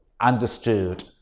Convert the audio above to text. understood